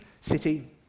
city